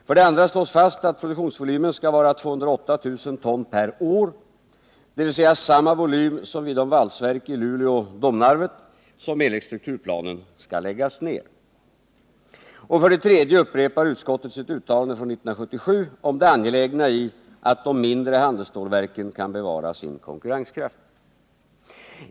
För det andra slås fast att produktionsvolymen skall vara 208 000 ton per år, dvs. samma volym som i de valsverk i Luleå och Domnarvet som enligt strukturplanen skall läggas ned. För det tredje upprepar utskottet sitt uttalande från 1977 om det angelägna i att de mindre handelsstålverken kan bevara sin konkurrenskraft.